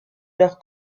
leur